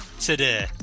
today